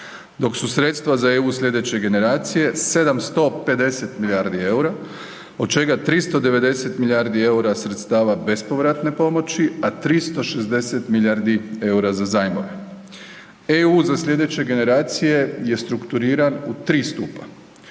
dok su sredstva za „EU za sljedeće generacije“ 150 milijardi eura od čega 390 milijardi sredstava bespovratne pomoći, a 360 milijardi eura za zajmove. „EU za sljedeće generacije“ je strukturiran u tri stupa.